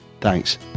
Thanks